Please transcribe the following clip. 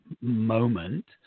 moment